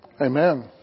Amen